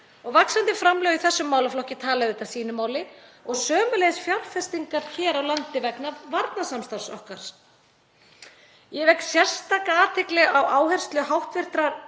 Vaxandi framlög í þessum málaflokki tala sínu máli og sömuleiðis fjárfestingar hér á landi vegna varnarsamstarfs okkar. Ég vek sérstaklega athygli á áherslu hv.